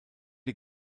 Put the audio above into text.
die